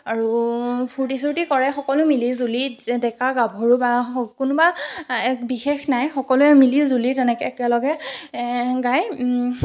আৰু ফূৰ্তি চূৰ্তি কৰে সকলো মিলিজুলি যে ডেকা গাভৰু বা কোনোবা এক বিশেষ নাই সকলোৱে মিলিজুলি তেনেকৈ একেলগে গায়